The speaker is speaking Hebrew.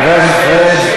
חבר הכנסת פריג'.